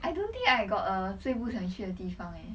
I don't think I got a 最不想去的地方 eh